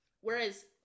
whereas